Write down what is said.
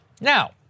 Now